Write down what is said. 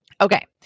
Okay